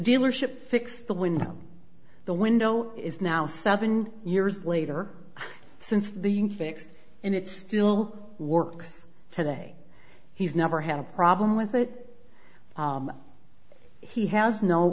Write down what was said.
dealership fixed the window the window is now seven years later since the fix and it still works today he's never had a problem with it he has no